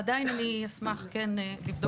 עדיין אני אשמח כן לבדוק את זה.